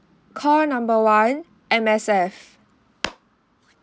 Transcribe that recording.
call number one M_S_F